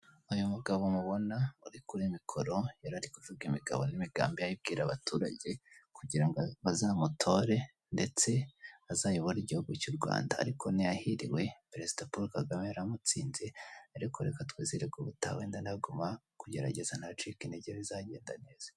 Uyu mugabo mubona uri kuri mikoro, yari ari kuvuga imigabo n'imigambi ye ayibwira abaturage kugira ngo bazamutore ndetse azayobore Igihugu cy'u Rwanda ariko ntiyahiriwe, Perezida Paul Kagame yaramutsinze ariko reka twizere ko ubutaha wenda naguma kugerageza ntacike intege bizagenda neza.